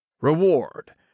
Reward